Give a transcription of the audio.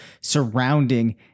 surrounding